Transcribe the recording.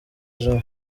jan